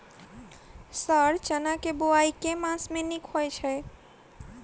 Sir चना केँ बोवाई केँ मास मे नीक होइ छैय?